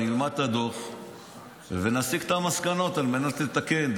נלמד את הדוח ונסיק את המסקנות על מנת לתקן.